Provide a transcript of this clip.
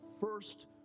first